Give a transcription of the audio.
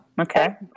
Okay